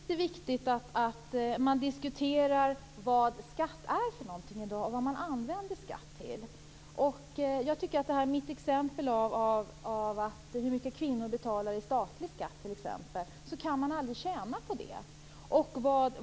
Fru talman! Jag tycker att det är viktigt att diskutera vad skatt är för någonting, vad man använder skatt till. Mitt exempel på hur mycket kvinnor betalar i statlig skatt visar att de aldrig kan tjäna på en sänkning.